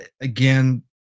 again